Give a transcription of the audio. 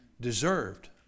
deserved